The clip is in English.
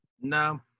No